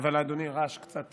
אבל אדוני, הרעש קצת,